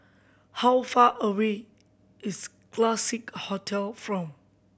how far away is Classique Hotel from